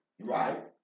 Right